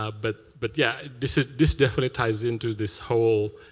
ah but but, yeah, this ah this definitely ties into this whole,